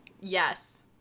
Yes